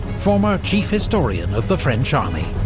former chief historian of the french army.